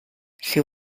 she